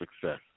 success